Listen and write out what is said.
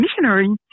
missionary